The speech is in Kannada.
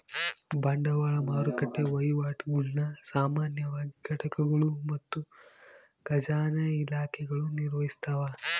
ಬಂಡವಾಳ ಮಾರುಕಟ್ಟೆ ವಹಿವಾಟುಗುಳ್ನ ಸಾಮಾನ್ಯವಾಗಿ ಘಟಕಗಳು ಮತ್ತು ಖಜಾನೆ ಇಲಾಖೆಗಳು ನಿರ್ವಹಿಸ್ತವ